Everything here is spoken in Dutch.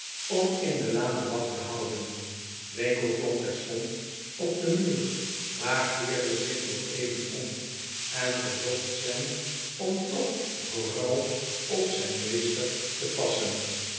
om in de laan de wacht te gaan houden winkle klom terstond op den muur maar keerde zich nog even om en verzocht sam om toch vooral op zijn meester te passen